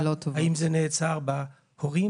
האם זה נעצר בהורים?